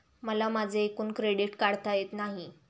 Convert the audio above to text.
मला माझे एकूण क्रेडिट काढता येत नाही